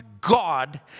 God